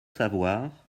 savoir